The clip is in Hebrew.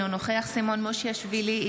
אינו נוכח סימון מושיאשוילי,